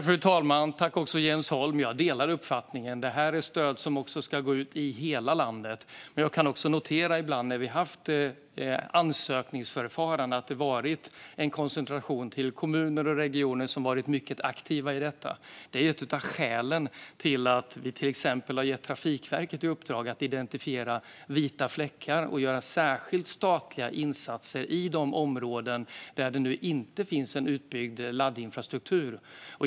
Fru talman! Jag tackar Jens Holm för frågan. Jag delar hans uppfattning. Det här är stöd som ska ut i hela landet. Men jag kan notera att det vid ansökningsförfaranden varit en koncentration till kommuner och regioner som varit mycket aktiva. Det är ett av skälen till att vi till exempel har gett Trafikverket i uppdrag att identifiera vita fläckar och göra särskilda statliga insatser i de områden där det inte finns utbyggd laddinfrastruktur.